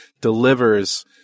delivers